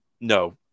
No